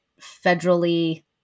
federally